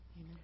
Amen